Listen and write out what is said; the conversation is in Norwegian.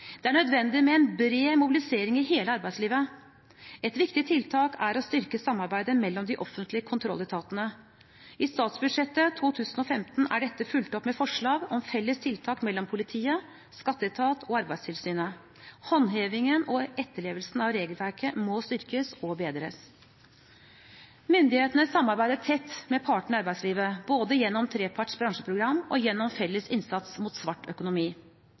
Det er nødvendig med en bred mobilisering i hele arbeidslivet. Et viktig tiltak er å styrke samarbeidet mellom de offentlige kontrolletatene. I statsbudsjettet for 2015 er dette fulgt opp med forslag om felles tiltak mellom politiet, skatteetaten og Arbeidstilsynet. Håndhevingen og etterlevelsen av regelverket må styrkes og forbedres. Myndighetene samarbeider tett med partene i arbeidslivet, både gjennom treparts bransjeprogram og gjennom felles innsats mot svart økonomi.